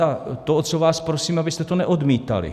A to, o co vás prosím, je, abyste to neodmítali.